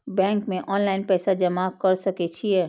Bank में online पैसा जमा कर सके छीये?